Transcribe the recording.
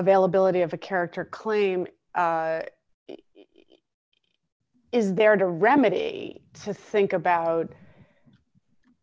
availability of a character claim is there to remedy to think about